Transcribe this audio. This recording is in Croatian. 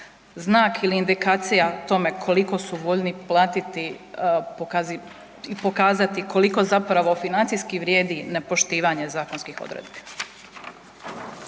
znak ili indikacija tome koliko su voljni platiti i pokazati koliko zapravo financijski vrijedi nepoštivanje zakonskih odredaba.